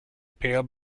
pale